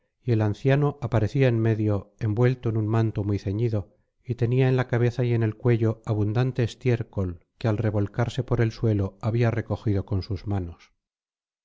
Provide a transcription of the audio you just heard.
y el anciano aparecía en medio envuelto en un manto muy ceñido y tenía en la cabeza y en el cuello abundante estiércol que al revolcarse por el suelo había recogido con sus manos